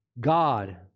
God